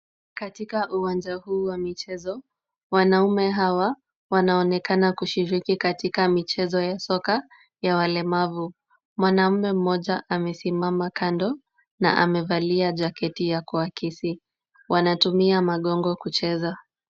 Katika uwanja huu wa michezo, wanaume hawa wanaonekana wanaonekana kushiriki katika michezo ya soka ya walemavu. Mwanaume mmoja amesimama kando na amevalia jaketi ya kuakisi. Wanatumia magongo kucheza.